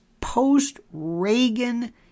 post-Reagan